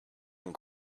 and